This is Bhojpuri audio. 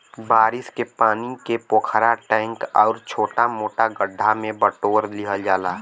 बारिश के पानी के पोखरा, टैंक आउर छोटा मोटा गढ्ढा में बटोर लिहल जाला